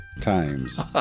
times